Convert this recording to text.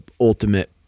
ultimate